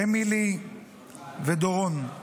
אמילי ודורון.